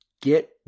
get